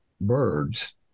birds